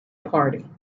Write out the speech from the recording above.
party